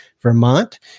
Vermont